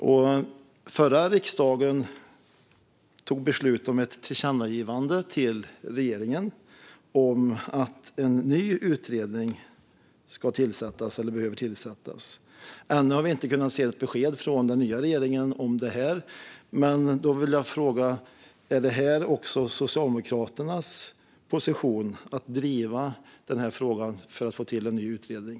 Den förra riksdagen fattade beslut om ett tillkännagivande till regeringen om att en ny utredning behöver tillsättas. Ännu har vi inte kunnat se något besked från den nya regeringen om det här. Därför vill jag fråga: Är det även Socialdemokraternas position att driva frågan för att få till en ny utredning?